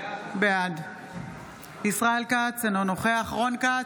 בעד ישראל כץ, אינו נוכח רון כץ,